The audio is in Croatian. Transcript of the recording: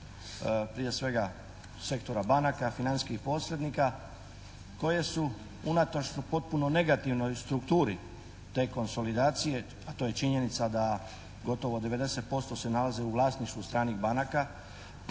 prije svega sektora banaka, financijskih posrednika koje su unatoč potpuno negativnoj strukturi te konsolidacije, a to je činjenica da gotovo 90% se nalaze u vlasništvu stranih banaka,